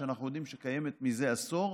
שאנחנו יודעים שקיימת מזה עשור,